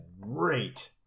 Great